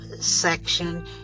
section